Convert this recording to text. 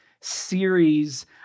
series